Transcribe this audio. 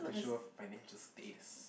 to show off financial status